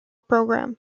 programme